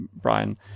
Brian